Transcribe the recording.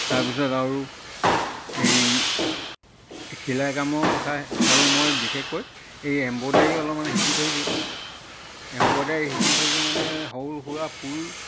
তাৰপিছত আৰু এই চিলাই কামৰ কথা আৰু মই বিশেষকৈ এই এম্ব্ৰইডাৰী অলপমান শিকি থৈছোঁ এম্ব্ৰইডাৰী শিকি থৈছোঁ মানে সৰু সুৰা ফুল